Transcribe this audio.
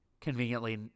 conveniently